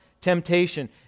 temptation